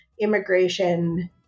immigration